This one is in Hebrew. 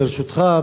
ברשותך,